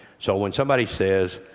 so when somebody says,